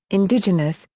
indigenous,